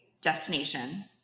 destination